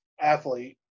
athlete